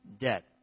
debt